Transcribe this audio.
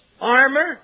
armor